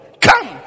come